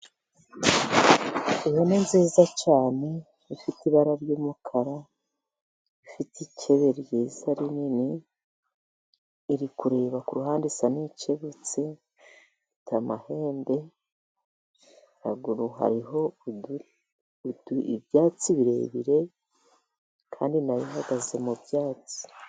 Ihene nziza cyane ifite ibara ry'umukara ifite icebe ryiza rinini, iri kureba ku ruhande isa nikebutse. Ifite amahembe haguru hariho ibyatsi birebire kandi na yo ihagaze mu byatsi.